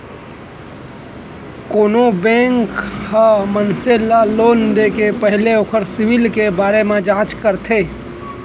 कोनो भी बेंक ह मनसे ल लोन देके पहिली ओखर सिविल के बरोबर जांच करथे